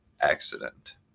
accident